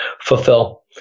fulfill